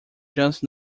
just